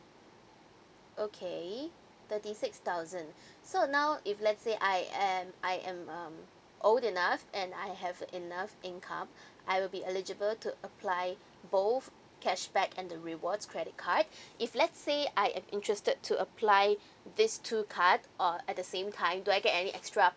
okay thirty six thousand so now if let say I am I am um old enough and I have enough income I will be eligible to apply both cashback and the rewards credit card if let say I am interested to apply these two card uh at the same time do I get any extra